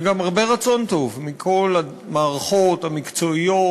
וגם הרבה רצון טוב מכל המערכות המקצועיות,